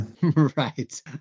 Right